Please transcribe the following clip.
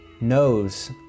knows